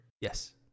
Yes